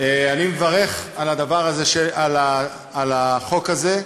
אני מברך על החוק הזה.